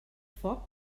foc